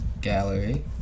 gallery